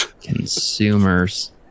Consumers